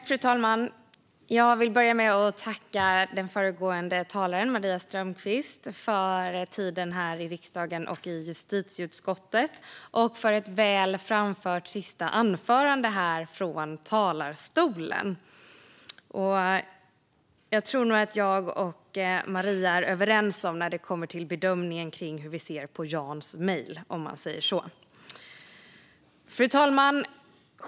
Fru talman! Jag vill börja med att tacka den föregående talaren, Maria Strömkvist, för tiden här i riksdagen och i justitieutskottet och för ett väl framfört sista anförande här från talarstolen. Jag tror att jag och Maria är överens om bedömningen av Jans mejl, om man säger så. Fru talman!